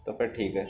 تو پھر ٹھیک ہے